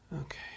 Okay